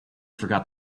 forgot